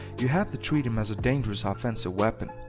you have to treat him as a dangerous offensive weapon.